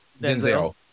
Denzel